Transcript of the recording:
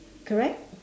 correct